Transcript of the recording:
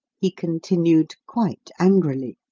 he continued, quite angrily.